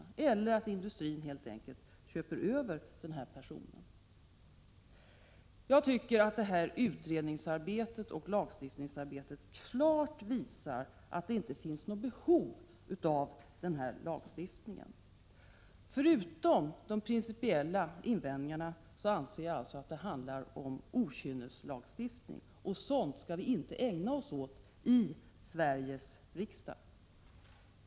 Ett annat sätt är att industrin helt enkelt köper över den här personen. Jag tycker att utredningsoch lagstiftningsarbetet klart visar att det inte finns något behov av denna lag. Förutom de principiella invändningar som finns anser jag alltså att det handlar om okynneslagstiftning, och sådant skall vi inte ägna oss åt i Sveriges riksdag.